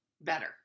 better